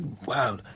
Wow